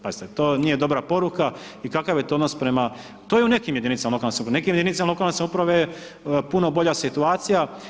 Pazite to nije dobra poruka i kakav je to odnos prema, to je u nekim jedinicama lokalne samouprave, u nekim jedinicama lokalne samouprave je puno bolja situacija.